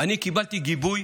קיבלתי גיבוי